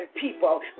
people